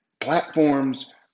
platforms